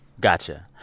Gotcha